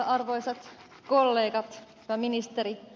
arvoisat kollegat ja ministeri